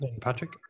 patrick